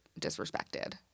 disrespected